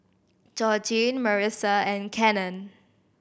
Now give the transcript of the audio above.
Georgine Marisa and Cannon